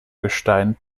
gestein